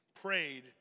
prayed